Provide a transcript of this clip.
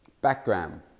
background